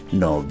no